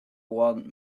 want